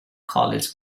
college